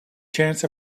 chance